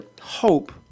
hope